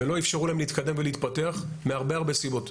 ולא איפשרו להם להתקדם ולהתפתח מהרבה סיבות.